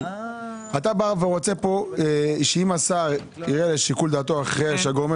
אתה בא ורוצה פה שאם השר יראה לשיקול דעתו אחרי שגורמי